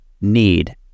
need